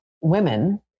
women